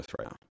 right